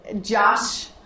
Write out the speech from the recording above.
Josh